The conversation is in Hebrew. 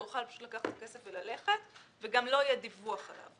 הוא יוכל לקחת את הכסף וללכת וגם לא יהיה דיווח עליו.